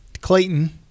Clayton